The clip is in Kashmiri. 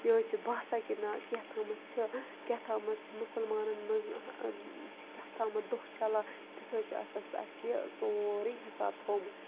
یہِ حظ چھِ باسان کہِ نا کیںٛہہ تھامَتھ چھُ کینٛہہ تھامَتھ چھِ مُسلمانَن منٛز کینٛہہ تھامَتھ دۄہ چَلان تیُتھ حظ چھُ آسان سُہ اَسہِ یہِ سورُے حِساب تھوٚمُت